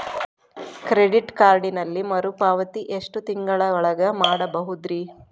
Credit ಕಾರ್ಡಿನಲ್ಲಿ ಮರುಪಾವತಿ ಎಷ್ಟು ತಿಂಗಳ ಒಳಗ ಮಾಡಬಹುದ್ರಿ?